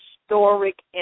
historic